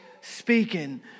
speaking